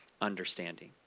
understanding